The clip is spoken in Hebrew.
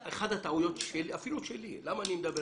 אחת הטעויות, אפילו שלי, למה אני מדבר?